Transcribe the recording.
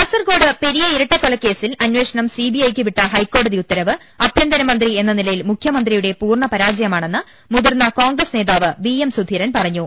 കാസർകോട് പെരിയ ഇരട്ട കൊലക്കേസിൽ അന്വേഷണം സിബിഐയ്ക്ക് വിട്ട ഹൈക്കോടതി ഉത്തരവ് ആഭ്യന്തരമന്ത്രി എന്ന നിലയിൽ മുഖ്യമന്ത്രിയുടെ പൂർണ്ണ പരാജയമാണെന്ന് മുതിർന്ന കോൺഗ്രസ്സ് നേതാവ് വിഎം സുധീരൻ പറഞ്ഞു